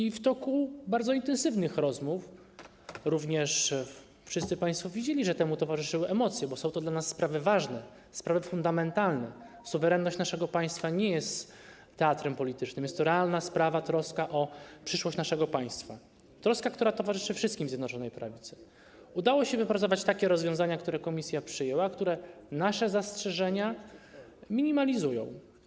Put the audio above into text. I w toku bardzo intensywnych rozmów - również wszyscy państwo widzieli, że temu towarzyszyły emocje, bo są to dla nas sprawy ważne, sprawy fundamentalne, suwerenność naszego państwa nie jest teatrem politycznym, jest to realna sprawa, troska o przyszłość naszego państwa, troska, która towarzyszy wszystkim w Zjednoczonej Prawicy - udało się wypracować takie rozwiązania, które Komisja przyjęła, które nasze zastrzeżenia minimalizują.